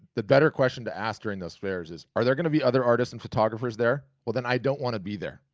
the better question to ask during those fairs is are there gonna be other artists and photographers there? well, then, i don't wanna be there.